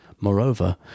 Moreover